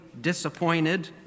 disappointed